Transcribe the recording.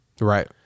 Right